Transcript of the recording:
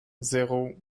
zéro